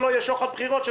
שלא יהיה שוחד בחירות.